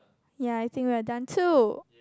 ya I think we're done too